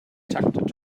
tucked